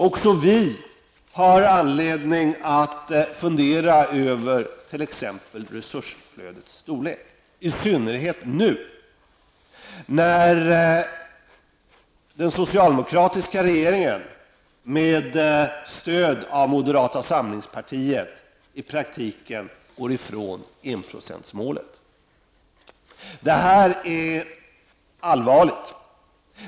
Också vi har anledning att fundera över t.ex. resursflödets storlek, i synnerhet nu när den socialdemokratiska regeringen med stöd av moderata samlingspartiet i praktiken går ifrån enprocentsmålet. Det här är allvarligt.